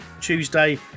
Tuesday